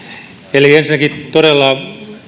eli ensinnäkin todella